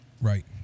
Right